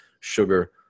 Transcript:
sugar